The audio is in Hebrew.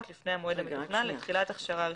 לפני המועד המתוכנן לתחילת הכשרה ראשונה.